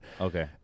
okay